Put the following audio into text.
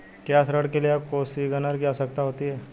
क्या ऋण के लिए कोसिग्नर की आवश्यकता होती है?